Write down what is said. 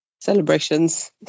celebrations